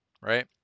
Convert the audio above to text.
right